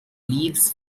leaves